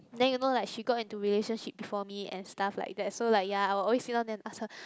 then you know like she got into relationship before me and stuff like that so like yea I always sit down there and ask her